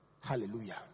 Hallelujah